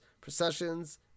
processions